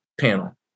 panel